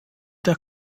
der